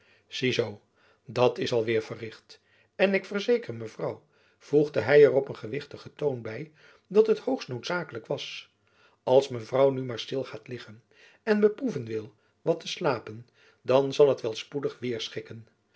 zoo dat is al weêr verricht en ik verzeker mevrouw voegde hy er op gewichtigen toon by dat het hoogst noodzakelijk was als mevrouw nu jacob van lennep elizabeth musch maar stil gaat liggen en beproeven wil wat te slapen dan zal het wel spoedig weêr schikken